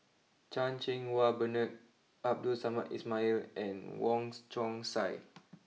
Chan Cheng Wah Bernard Abdul Samad Ismail and Wongs Chong Sai